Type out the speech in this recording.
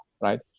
right